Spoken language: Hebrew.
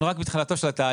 אנחנו רק בתחילתו של התהליך,